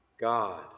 God